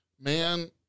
Man